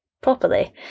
properly